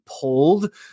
pulled